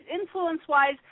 influence-wise